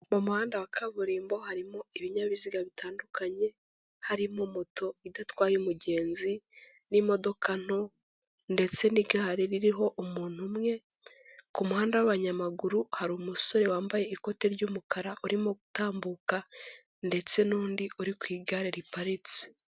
Mu muhanda wa kaburimbo, harimo ibinyabiziga bitandukanye, harimo moto idatwaye umugenzi n'imodoka nto ndetse n'igare ririho umuntu umwe, ku muhanda w'abanyamaguru, hari umusore wambaye ikote ry'umukara, urimo gutambuka ndetse n'undi uri ku igare riparitse.